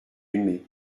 aimé